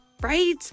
Right